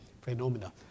phenomena